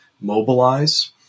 mobilize